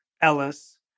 Ellis